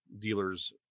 dealers